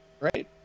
Right